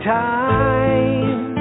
time